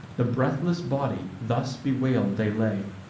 the breathless body, thus bewail'd, they lay,